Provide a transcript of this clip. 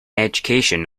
education